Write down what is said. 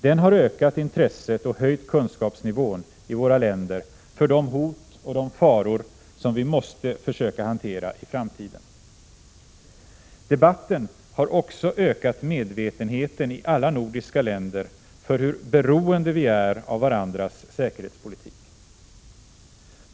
Den har ökat intresset och höjt kunskapsnivån i våra länder för de hot och de faror som vi måste försöka hantera i framtiden. Debatten har också ökat medvetenheten i alla nordiska länder för hur beroende vi är av varandras säkerhetspolitik.